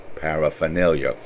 paraphernalia